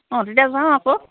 অঁ দুইটা যাওঁ আকৌ